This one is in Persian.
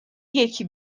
یکی